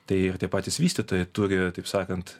tai ir tie patys vystytojai turi taip sakant